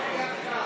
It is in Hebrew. ההצעה